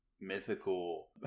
mythical